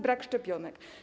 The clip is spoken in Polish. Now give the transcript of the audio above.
Brak szczepionek.